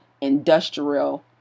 Industrial